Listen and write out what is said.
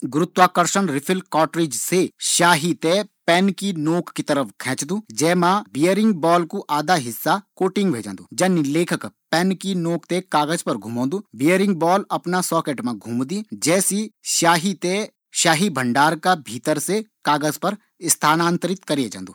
गुरुत्वाकर्शण रिफिल कोटेज का माध्यम से पेन मा स्याही भरे जांदी रिफिल का अंत मा नोक पर लग्यु बेयरिंग बॉल कु एक सिरा स्याही मा डूबी जांदु फिर कागज़ पर वे बेयरिंग का घूमण सी श्याही कागज़ पर चिपकी जांदी और लेखन या चित्रकारी कु कम पुरु ह्वे जांदू